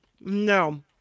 no